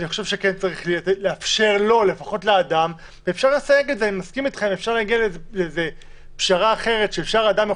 אני מסכים איתך שאולי אפשר לנסות להגיע לפשרה שאומרת שהאדם יכול